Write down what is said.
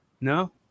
No